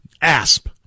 ASP